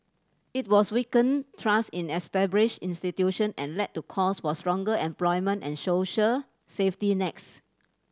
it also weakened trust in established institution and led to calls for stronger employment and social safety next